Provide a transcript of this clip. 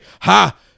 ha